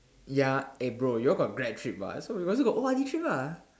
ya April you all got grad trip [what] so we also got O_R_D trip ah